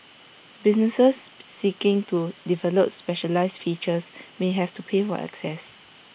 businesses seeking to develop specialised features may have to pay for access